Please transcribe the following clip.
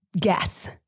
Guess